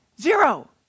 zero